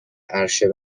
عرشه